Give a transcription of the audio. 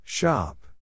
Shop